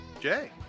Jay